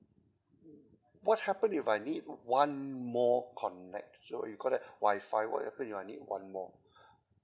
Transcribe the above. what happen if I need one more connect so you called that wi-fi what happen if I need one more